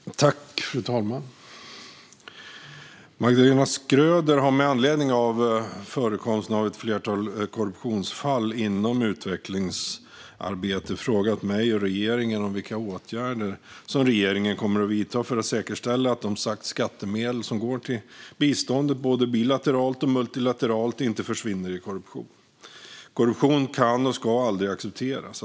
Fru talman! Magdalena Schröder har med anledning av förekomsten av ett flertal korruptionsfall inom utvecklingssamarbetet frågat mig och regeringen om vilka åtgärder som regeringen kommer att vidta för att säkerställa att de skattemedel som går till biståndet, både bilateralt och multilateralt, inte försvinner i korruption. Korruption kan och ska aldrig accepteras.